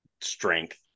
strength